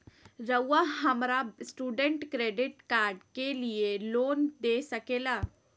रहुआ हमरा student credit card के लिए लोन दे सके ला?